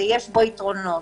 יש בו יתרונות.